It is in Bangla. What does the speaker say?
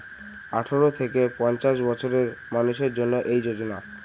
আঠারো থেকে পঞ্চাশ বছরের মানুষের জন্য এই যোজনা